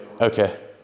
Okay